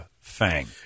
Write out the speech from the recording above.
Fang